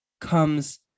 comes